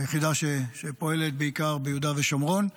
היחידה שפועלת בעיקר ביהודה ושומרון.